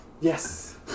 Yes